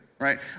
right